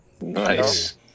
nice